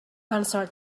answered